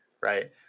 right